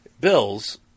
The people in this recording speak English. bills